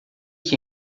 que